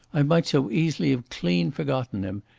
i might so easily have clean forgotten him,